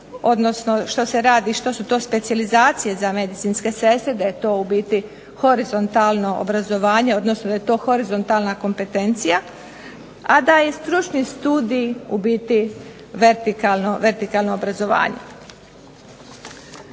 što su to specijalizacije za medicinske sestre da je to horizontalno obrazovanje odnosno da je to horizontalna kompetencija, a da je stručni studij vertikalno obrazovanje.